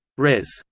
res.